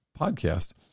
podcast